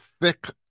thick